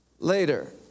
Later